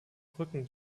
brücken